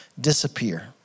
disappear